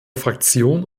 fraktion